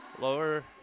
Lower